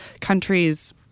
countries